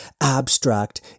abstract